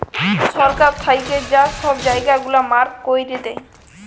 সরকার থ্যাইকে যা ছব জায়গা গুলা মার্ক ক্যইরে দেয়